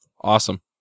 Awesome